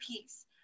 peace